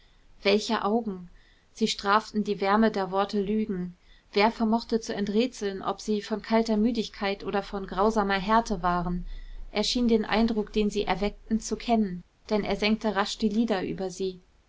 welche augen sie straften die wärme der worte lügen wer vermochte zu enträtseln ob sie von kalter müdigkeit oder von grausamer härte waren er schien den eindruck den sie erweckten zu kennen denn er senkte rasch die lider über sie